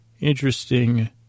interesting